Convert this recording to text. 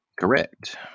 Correct